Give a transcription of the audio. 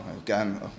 again